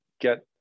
get